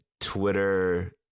twitter